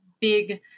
big